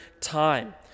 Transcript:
time